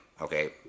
Okay